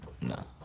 no